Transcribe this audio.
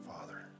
Father